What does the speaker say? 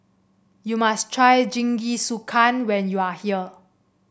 you must try Jingisukan when you are here